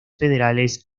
federales